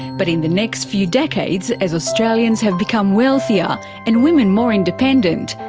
but in the next few decades as australians have become wealthier and women more independent,